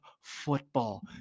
football